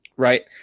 right